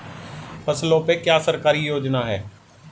फसलों पे क्या सरकारी योजना है?